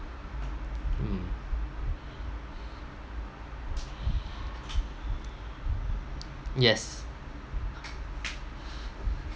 mm yes